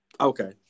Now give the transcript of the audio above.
Okay